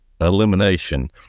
elimination